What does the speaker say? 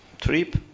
trip